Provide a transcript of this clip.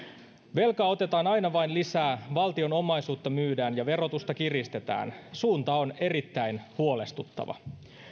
velkaa otetaan aina vain lisää valtion omaisuutta myydään ja verotusta kiristetään suunta on erittäin huolestuttava